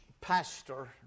pastor